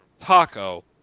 Taco